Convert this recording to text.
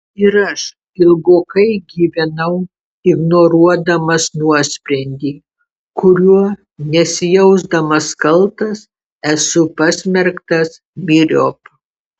ir aš ilgokai gyvenau ignoruodamas nuosprendį kuriuo nesijausdamas kaltas esu pasmerktas myriop